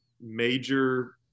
major